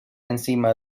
encima